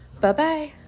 Bye-bye